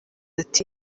ati